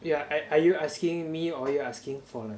ya are are you asking me or you are asking for